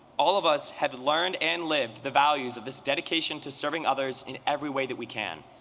all of us have learned and lived the values of this dedication to serving others in every way that we can.